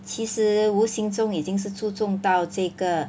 其实无形中已经是注重到这个